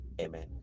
Amen